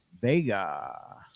vega